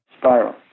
Spiral